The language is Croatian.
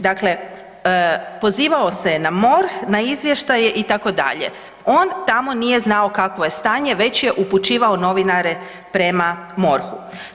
Dakle, pozivao se je na MORH, na izvještaje itd., on tamo nije znao kakvo je stanje već je upućivao novinare prema MORH-u.